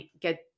get